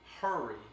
hurry